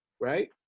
right